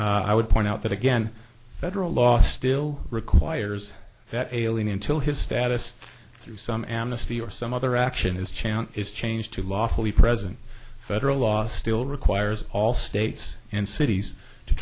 i would point out that again federal law still requires that alien until his status through some amnesty or some other action is chant is changed to lawfully present federal law still requires all states and cities to